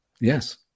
Yes